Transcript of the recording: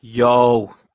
Yo